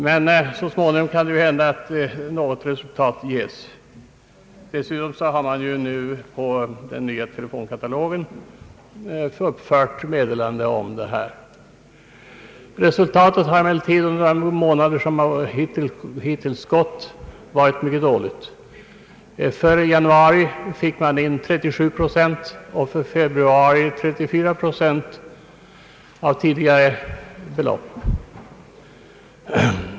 Det kan dock hända att så småningom något resultat visar sig. Nu har ju i den nya telefonkatalogen tagits in ett meddelande om den här möjligheten att ge hjälp. Resultatet har emellertid under de månader som hittills gått varit mycket dåligt. För januari fick televerket in 37 procent och för februari 34 procent av tidigare belopp.